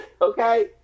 Okay